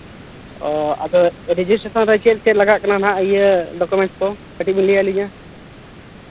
ᱚ ᱟᱫᱚ ᱨᱮᱡᱤᱥᱴᱨᱮᱥᱮᱱ ᱨᱮ ᱪᱮᱫ ᱪᱮᱫ ᱞᱟᱜᱟᱜ ᱠᱟᱱᱟ ᱦᱟᱸᱜ ᱤᱭᱟᱹ ᱰᱚᱠᱳᱢᱮᱱᱴᱥ ᱠᱚ ᱠᱟᱹᱴᱤᱡ ᱵᱮᱱ ᱞᱟᱹᱭ ᱟᱹᱞᱤᱧᱟ